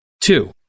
Two